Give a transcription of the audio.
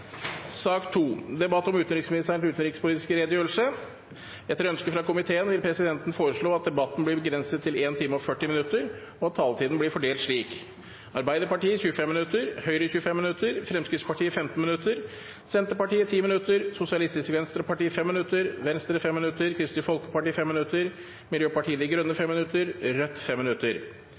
sak nr. 1. Etter ønske fra utenriks- og forsvarskomiteen vil presidenten foreslå at debatten blir begrenset til 1 time og 40 minutter, og at taletiden blir fordelt slik: Arbeiderpartiet 25 minutter, Høyre 25 minutter, Fremskrittspartiet 15 minutter, Senterpartiet 10 minutter, Sosialistisk Venstreparti 5 minutter, Venstre 5 minutter, Kristelig Folkeparti 5 minutter, Miljøpartiet De Grønne 5 minutter og Rødt 5 minutter.